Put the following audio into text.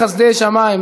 בחסדי שמים,